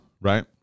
right